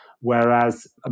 Whereas